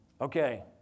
Okay